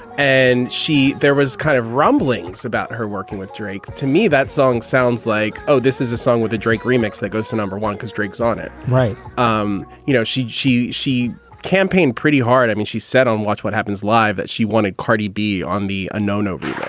and she there was kind of rumblings about her working with drake. to me, that song sounds like, oh, this is a song with a drake remix that goes to number one cause drake's on it. right um you know, she she she campaigned pretty hard. i mean, she set on watch what happens live. that she wanted cardi b on be a no nobody